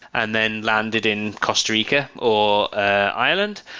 and then landed in costa rica or ah ireland,